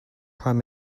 prime